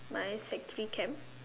my sect three camp